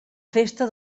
festa